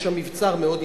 יש שם מבצר מאוד יפה.